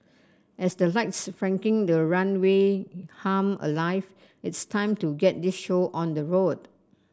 as the lights flanking the runway hum alive it's time to get this show on the road